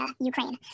Ukraine